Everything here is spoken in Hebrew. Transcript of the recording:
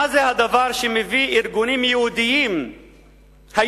מה זה הדבר שמביא היום ארגונים יהודיים בגרמניה,